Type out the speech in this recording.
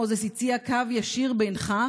מוזס הציע קו ישיר בינך,